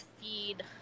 feed